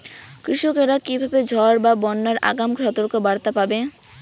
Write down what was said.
কৃষকেরা কীভাবে ঝড় বা বন্যার আগাম সতর্ক বার্তা পাবে?